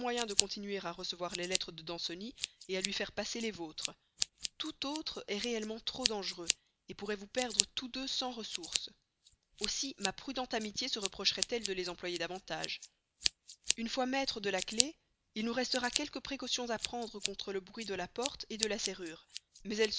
de continuer à recevoir les lettres de danceny à lui faire passer les vôtres tout autre est réellement trop dangereux pourrait vous perdre tous deux sans ressource aussi ma prudente amitié se reprocherait elle de les employer davantage une fois maîtres de la clef il nous restera quelques précautions à prendre contre le bruit de la serrure de la porte mais